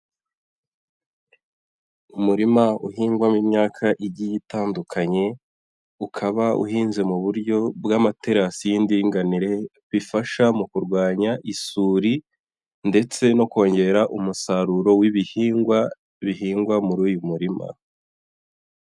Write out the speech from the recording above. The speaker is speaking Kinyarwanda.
Umurima uhingwamo imyaka igiye itandukanye, ukaba uhinze mu buryo bw'amaterasi y'indinganire. Bifasha mu kurwanya isuri, ndetse no kongera umusaruro w'ibihingwa, bihingwa muri uyu murima.